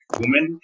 woman